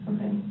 Okay